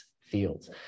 fields